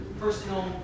personal